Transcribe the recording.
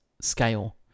scale